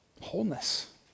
wholeness